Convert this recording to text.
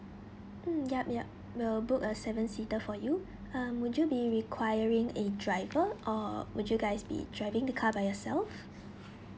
mm yup yup will book a seven seater for you um would you be requiring a driver or would you guys be driving the car by yourself